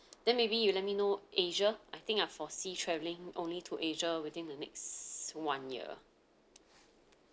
then maybe you let me know asia I think I foresee travelling only to asia within the next one year